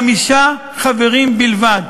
חמישה חברים בלבד,